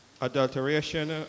adulteration